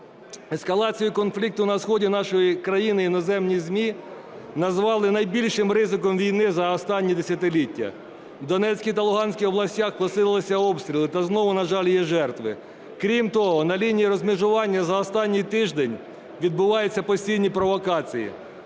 Ескалацію конфлікту на сході нашої країни іноземні ЗМІ назвали найбільшим ризиком війни за останні десятиліття. В Донецькій та Луганській областях посилилися обстріли та знову, на жаль, є жертви. Крім того на лінії розмежування за останній тиждень відбуваються постійні провокації,